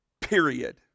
period